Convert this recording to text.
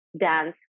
dance